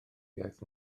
iaith